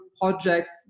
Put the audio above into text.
projects